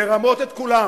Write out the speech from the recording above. לרמות את כולם.